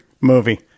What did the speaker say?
movie